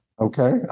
Okay